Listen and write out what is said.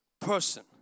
person